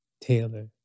Taylor